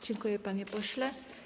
Dziękuję, panie pośle.